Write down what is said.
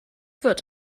wird